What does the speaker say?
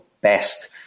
best